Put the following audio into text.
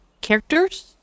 characters